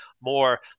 more